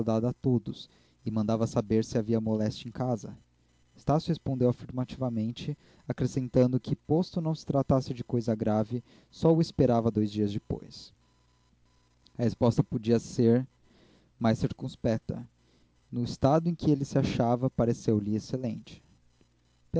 a todos e mandava saber se havia moléstia em casa estácio respondeu afirmativamente acrescentando que posto não se tratasse de coisa grave só o esperava dois dias depois a resposta podia ser mais circunspecta no estado em que ele se achava pareceu-lhe excelente